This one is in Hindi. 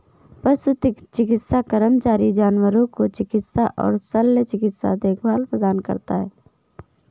पशु चिकित्सा कर्मचारी जानवरों को चिकित्सा और शल्य चिकित्सा देखभाल प्रदान करता है